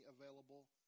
available